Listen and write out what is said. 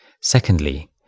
Secondly